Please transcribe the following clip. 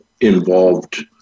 involved